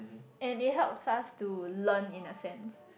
and it helps us to learn in a sense